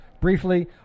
briefly